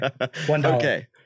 Okay